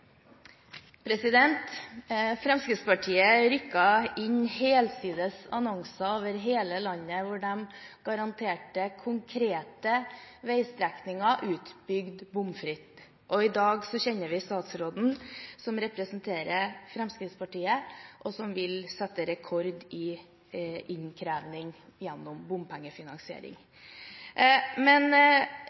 Fremskrittspartiet rykket inn en helsides annonse over hele landet hvor de garanterte konkrete veistrekninger utbygd bomfritt. I dag kjenner vi statsråden, som representerer Fremskrittspartiet, som statsråden som vil sette rekord i innkreving gjennom bompengefinansiering.